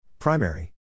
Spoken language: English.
Primary